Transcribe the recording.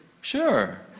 sure